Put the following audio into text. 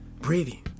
breathing